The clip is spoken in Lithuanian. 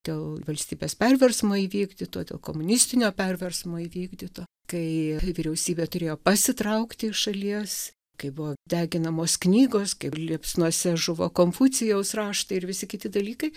dėl valstybės perversmo įvyktyto dėl komunistinio perversmo įvykdyto kai vyriausybė turėjo pasitraukti iš šalies kai buvo deginamos knygos kai liepsnose žuvo konfucijaus raštai ir visi kiti dalykai